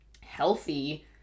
healthy